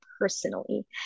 personally